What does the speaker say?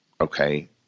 okay